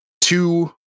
two